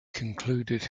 concluded